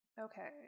Okay